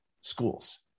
schools